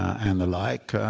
and the like,